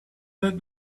that